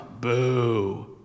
Boo